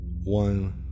One